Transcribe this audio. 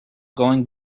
going